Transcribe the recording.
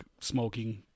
smoking